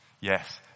Yes